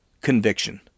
conviction